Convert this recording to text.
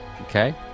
Okay